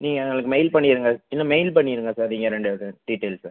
நீங்கள் எங்களுக்கு மெயில் பண்ணிடுங்க இல்லை மெயில் பண்ணிடுங்க சார் நீங்கள் ரெண்டு இது டீட்டெயில்ஸு